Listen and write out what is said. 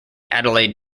adelaide